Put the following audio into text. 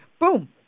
boom